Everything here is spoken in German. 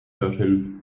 dorthin